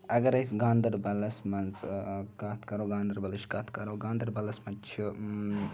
اَگر أسۍ گاندَربَلَس مَنٛز کَتھ کَرَو گاندَربَلٕچ کَتھ کَرَو گاندَربَلَس مَنٛز چھِ